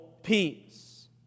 peace